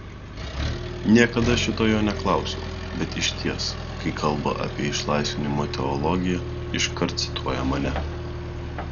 niekada šito jo neklausiau bet išties kai kalba apie išlaisvinimo teologiją iškart cituoja mane